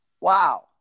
Wow